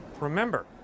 remember